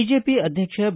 BJP ಅಧ್ಯಕ್ಷ B